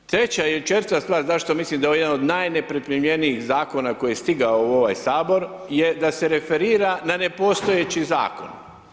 Treća ili četvrta stvar zašto mislim da je ovo jedan od najnepripremljenijih Zakona koji je stigao u ovaj HS, je da se referira na nepostojeći Zakon.